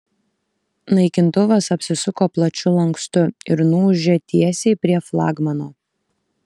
naikintuvas apsisuko plačiu lankstu ir nuūžė tiesiai prie flagmano